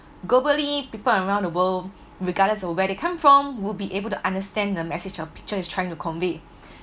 globally people around the world regardless of where they come from will be able to understand the message of picture is trying to convey